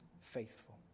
faithful